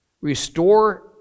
restore